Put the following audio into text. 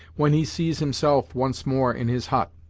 when he sees himself once more in his hut,